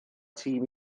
tîm